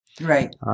right